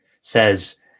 says